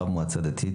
רב מועצה דתית,